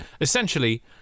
essentially